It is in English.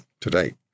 today